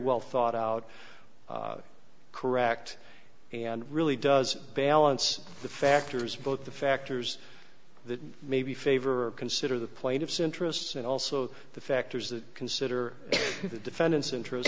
well thought out correct and really does balance the factors both the factors that maybe favor or consider the plaintiffs interests and also the factors that consider the defendant's